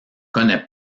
connais